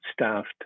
staffed